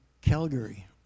Calgary